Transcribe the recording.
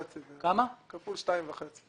כפול שתיים וחצי.